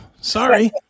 Sorry